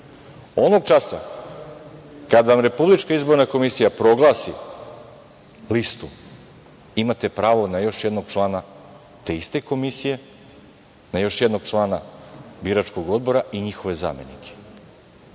Onog časa kada vam Republička izborna komisija proglasi listu, imate pravo na još jednog člana te iste komisije, na još jednog člana biračkog odbora i njihove zamenike. Sada